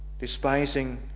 Despising